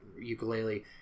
ukulele